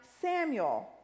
Samuel